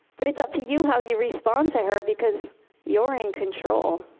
but it's up to you how you respond to her, because you're in control.